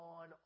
on